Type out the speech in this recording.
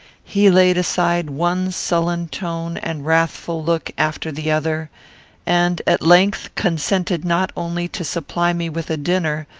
he laid aside one sullen tone and wrathful look after the other and, at length, consented not only to supply me with a dinner,